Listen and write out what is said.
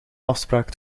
afspraak